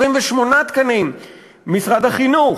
28 תקנים ממשרד החינוך,